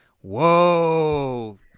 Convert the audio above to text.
Whoa